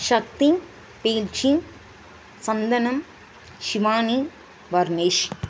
சக்தி பிகில்ச்சி சந்தனம் ஷிவானி வர்னேஷ்